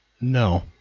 No